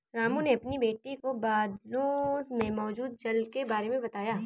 रामू ने अपनी बेटी को बादलों में मौजूद जल के बारे में बताया